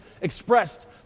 expressed